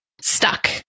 stuck